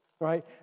right